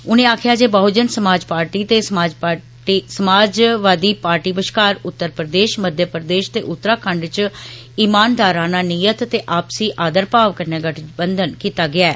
उनें आक्खेआ जे बहुजन समाज पार्टी ते समाज पार्टी बष्कार उत्तर प्रदेष पार्टी मध्य प्रदेष ते उत्तराखंड च इमानदाराना नीयत ते आपसी आदर भाव कन्नै गठबंधन कीता गेआ ऐ